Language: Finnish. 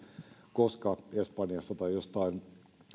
koska espanjasta tai jostain